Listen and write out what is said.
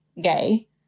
gay